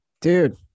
Dude